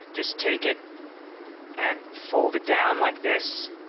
just take it and fold it down like this